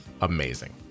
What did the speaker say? amazing